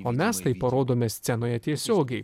o mes tai parodome scenoje tiesiogiai